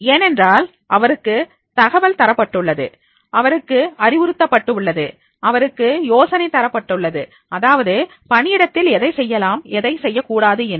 ஏனென்றால் அவருக்கு தகவல் தரப்பட்டுள்ளது அவருக்கு அறிவுறுத்தப்பட்டுள்ளது அவருக்கு யோசனை தரப்பட்டுள்ளது அதாவது பணியிடத்தில் எதை செய்யலாம் எதை செய்யக்கூடாது என்று